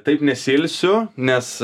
taip nesiilsiu nes